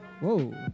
Whoa